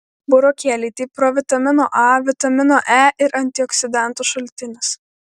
burokėliai tai provitamino a vitamino e ir antioksidantų šaltinis